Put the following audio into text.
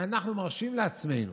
אנחנו מרשים לעצמנו,